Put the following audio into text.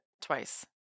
twice